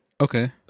Okay